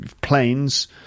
planes